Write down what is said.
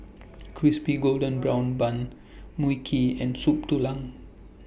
Crispy Golden Brown Bun Mui Kee and Soup Tulang